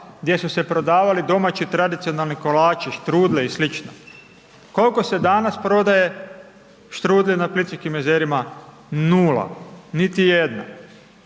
gdje su se prodavali domaći tradicionalni kolači, štrudle i slično. Koliko se danas prodaje štrudli na Plitvičkim jezerima? Nula, niti jedna